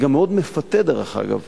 זה גם מאוד מפתה, דרך אגב.